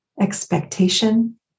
Expectation